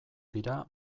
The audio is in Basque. dira